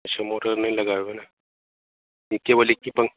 अच्छा मोटर नहीं लगाये हुये ये केवल एक ही पंख